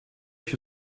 your